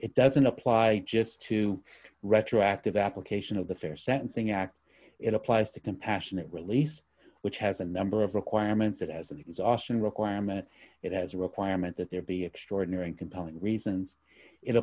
it doesn't apply just to retroactive application of the fair sentencing act it applies to compassionate release which has a number of requirements it has an exhaustion requirement it has a requirement that there be extraordinary and compelling